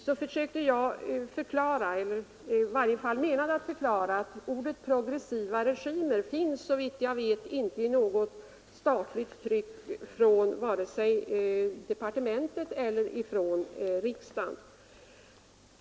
Jag försökte förklara att uttrycket progressiva regimer såvitt jag vet inte finns i något statligt tryck från vare sig departementet eller riksdagen.